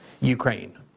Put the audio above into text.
Ukraine